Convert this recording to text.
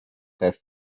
have